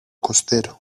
costero